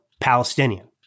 Palestinian